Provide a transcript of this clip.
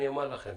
אני אומר לכם,